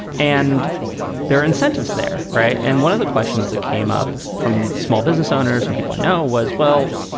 and there are incentives there. right. and one of the questions that came up from small business owners and people i know was, well,